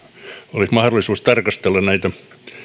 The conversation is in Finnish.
olisi mahdollisuus tarkastella esimerkiksi näitä